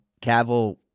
Cavill